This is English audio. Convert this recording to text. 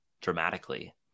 dramatically